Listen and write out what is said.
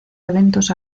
eventos